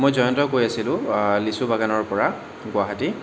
মই জয়ন্তই কৈ আছিলোঁ লিচু বাগানৰ পৰা গুৱাহাটী